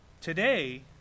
Today